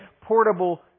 portable